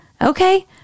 Okay